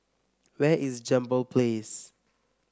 where is Jambol Place